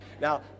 Now